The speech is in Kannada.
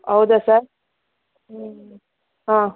ಹೌದಾ ಸರ್ ಹಾ